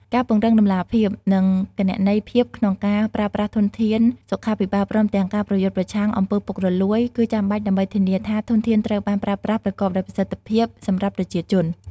ការពង្រឹងតម្លាភាព និងគណនេយ្យភាពក្នុងការប្រើប្រាស់ធនធានសុខាភិបាល ព្រមទាំងការប្រយុទ្ធប្រឆាំងអំពើពុករលួយ គឺចាំបាច់ដើម្បីធានាថាធនធានត្រូវបានប្រើប្រាស់ប្រកបដោយប្រសិទ្ធភាពសម្រាប់ប្រជាជន។